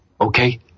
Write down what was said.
Okay